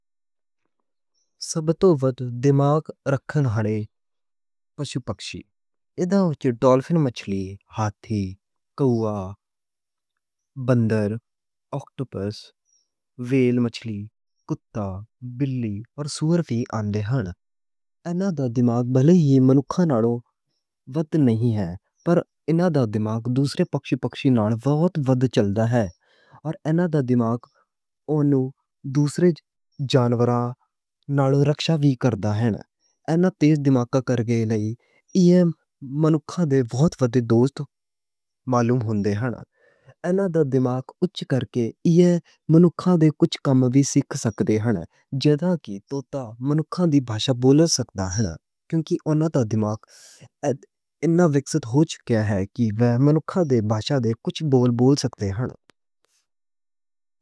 سب توں وڈا دماغ رکھن والے پشو پکشی اس وچ ڈولفن مچھلی، ہاتھی، کوا، بندر، آکٹوپس، ویل مچھلی، کتا، بلی اور سؤر ہی آؤندے نیں۔ اوہناں دا دماغ منکھ نالوں وڈ نہیں ہے۔ پر اوہناں دا دماغ دوسرے پشو پکشی نال وڈ چڑھا ہے۔ تے اوہناں دا دماغ انہاں نوں دوسرے جانوراں نالوں رکشا کر دا ہے۔ اوہناں دا دماغ اچھا کر کے ایہ منکھ دے کجھ کم وی سکھ سکدے نیں۔ جدوں کہ اوہ منکھ دی بولی بول سکدے نیں۔ کہ اوہناں دا دماغ ایہ نویں خاصیت ہوندے ہے کی۔ کہ منکھ دی بولی دے کجھ بول بول سکدے نیں۔